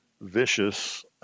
vicious